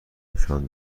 نشان